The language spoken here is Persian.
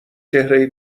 چهره